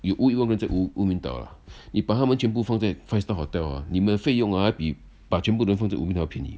你乌由他们在乌敏岛啊你把他们全部放在 five star hotel ah 你们的费用 ah 还比把全部的人放在乌敏岛便宜